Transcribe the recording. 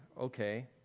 okay